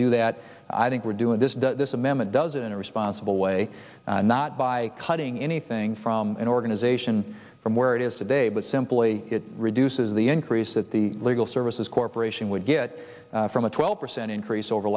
do that i think we're doing this this amendment does it in a responsible way not by cutting anything from an organization from where it is today but simply it reduces the increase that the legal services corporation would get from a twelve percent increase over